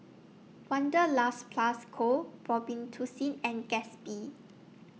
Wanderlust Plus Co Robitussin and Gatsby